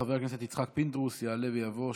חבר הכנסת יצחק פינדרוס יעלה ויבוא.